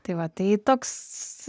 tai va tai toks